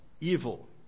evil